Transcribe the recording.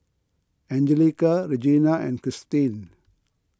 Anjelica Regena and Christene